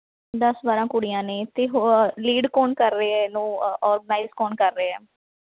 ਦਸ ਬਾਰਾਂ ਕੁੜੀਆਂ ਨੇ ਅਤੇ ਲੀਡ ਕੌਣ ਕਰ ਰਿਹਾ ਇਹਨੂੰ ਔਰਗਨਾਈਜ਼ ਕੌਣ ਕਰ ਰਿਹਾ